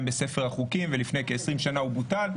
בספר החוקים ולפני כ-20 שנה הוא בוטל.